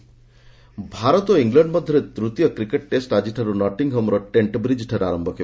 cricket Bharat ଓ England ମଧ୍ୟରେ ତୃତୀୟ କ୍ରିକେଟ ଟେଷ୍ଟ ଆଜିଠାରୁ ନଟିଂହାମର ଟ୍ରେଣ୍ଟବ୍ରିଜଠାରେ ଆରମ୍ଭ ହେବ